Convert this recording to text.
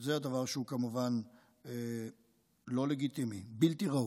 זה כמובן דבר שהוא לא לגיטימי ובלתי ראוי.